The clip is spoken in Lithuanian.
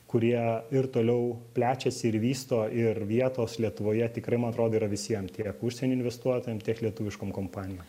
kurie ir toliau plečiasi ir vysto ir vietos lietuvoje tikrai man atrodo yra visiem tiek užsienio investuotojam tiek lietuviškom kompanijom